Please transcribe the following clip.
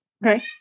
Right